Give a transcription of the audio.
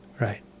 right